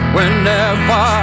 Whenever